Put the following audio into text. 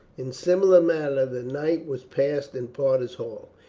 in similar manner the night was passed in parta's hall.